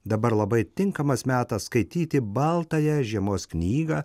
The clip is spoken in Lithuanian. dabar labai tinkamas metas skaityti baltąją žiemos knygą